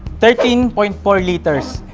thirteen point four liters,